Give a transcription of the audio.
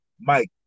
Mike